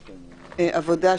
עבודה,